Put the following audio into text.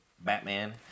Batman